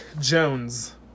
Jones